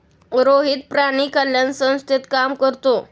रोहित प्राणी कल्याण संस्थेत काम करतो